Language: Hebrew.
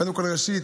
ראשית,